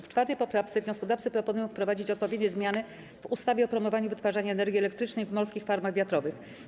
W 4. poprawce wnioskodawcy proponują wprowadzić odpowiednie zmiany w ustawie o promowaniu wytwarzania energii elektrycznej w morskich farmach wiatrowych.